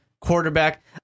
quarterback